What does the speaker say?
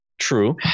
True